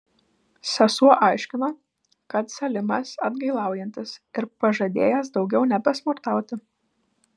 sesuo aiškino kad salimas atgailaujantis ir pažadėjęs daugiau nebesmurtauti